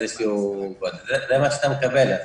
זה מה שאתה מקבל.